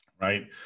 Right